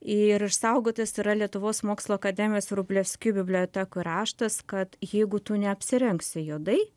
ir išsaugotas yra lietuvos mokslų akademijos vrublevskių bibliotekų raštas kad jeigu tu neapsirengsi juodai